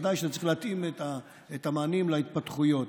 ודאי שצריך להתאים את המענים להתפתחויות.